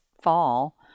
fall